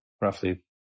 roughly